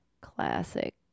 Classic